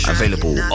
Available